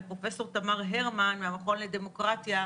ופרופ' תמר הרמן מהמכון לדמוקרטיה,